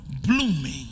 blooming